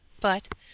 but